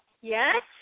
Yes